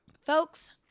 Folks